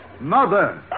Mother